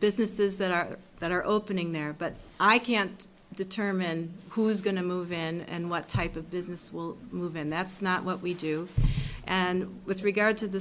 businesses that are there that are opening there but i can't determine who's going to move in and what type of business will move and that's not what we do and with regard to the